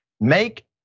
Make